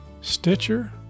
Stitcher